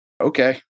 okay